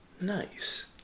Nice